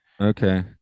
Okay